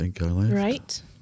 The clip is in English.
Right